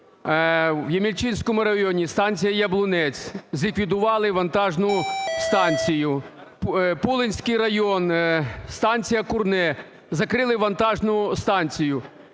ВЄмільчинському районі: станція "Яблунець" – зліквідували вантажну станцію. Пулинський район: станція "Курне" – закрили вантажну станцію.